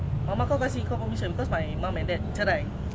what the hell